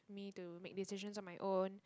me to make decisions on my own